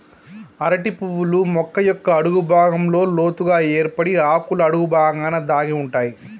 అరటి పువ్వులు మొక్క యొక్క అడుగు భాగంలో లోతుగ ఏర్పడి ఆకుల అడుగు బాగాన దాగి ఉంటాయి